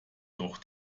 doch